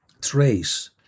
trace